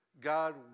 God